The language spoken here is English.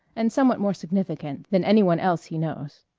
and somewhat more significant than any one else he knows.